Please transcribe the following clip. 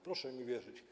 Proszę mi wierzyć.